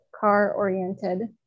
car-oriented